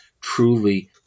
truly